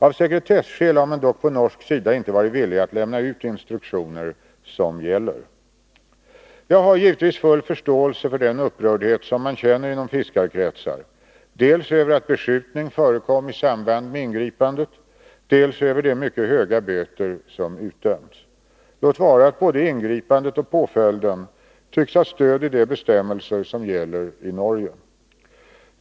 Av sekretesskäl har man dock på norsk sida inte varit villig att lämna ut de instruktioner som gäller. Jag har givetvis full förståelse för den upprördhet som man känner inom fiskarkretsar dels över att beskjutning förekom i samband med ingripandet, dels över de mycket höga böter som utdömts, låt vara att både ingripandet och påföljden tycks ha stöd i de bestämmelser som gäller i Norge.